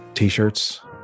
t-shirts